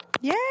Yay